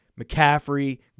McCaffrey